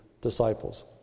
disciples